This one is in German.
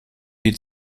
die